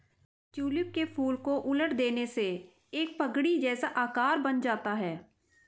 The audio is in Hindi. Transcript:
ट्यूलिप के फूल को उलट देने से एक पगड़ी जैसा आकार बन जाता है